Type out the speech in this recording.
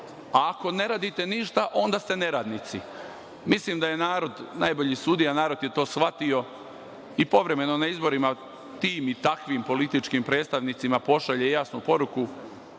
a ako ne radite ništa, onda ste neradnici. Mislim da je narod najbolji sudija. Narod je to shvatio i povremeno na izborima tim i takvim političkim predstavnicima pošalje jasnu poruku.